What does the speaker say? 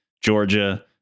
Georgia